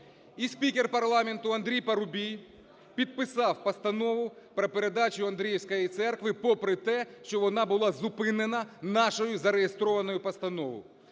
спікер парламенту Андрій Парубій підписав постанову про передачу Андріївської церкви попри те, що вона була зупинена нашою зареєстрованою постановою.